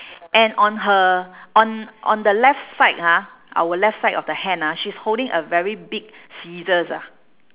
and on her on on the left side ha our left side of the hand ah she's holding a very big scissors ah